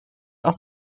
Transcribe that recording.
auf